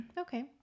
Okay